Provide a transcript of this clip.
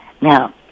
now